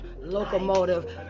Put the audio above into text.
locomotive